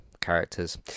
characters